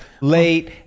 late